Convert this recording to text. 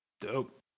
Dope